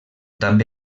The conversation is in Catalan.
també